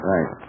Right